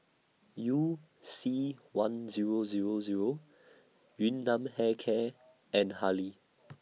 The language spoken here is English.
YOU C one Zero Zero Zero Yun Nam Hair Care and Hurley